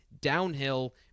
downhill